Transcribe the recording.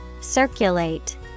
Circulate